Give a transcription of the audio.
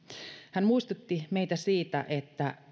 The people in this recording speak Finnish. hän muistutti meitä siitä että